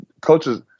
coaches